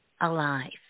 alive